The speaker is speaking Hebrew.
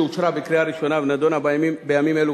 שאושרה בקריאה ראשונה ונדונה בימים אלו